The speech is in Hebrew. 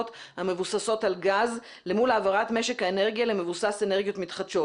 המבוססות על גז אל מול העברת משק האנרגיה למבוסס אנרגיות מתחדשות.